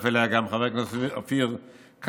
והצטרף אליה גם חבר הכנסת אופיר כץ,